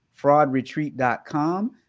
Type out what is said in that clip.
fraudretreat.com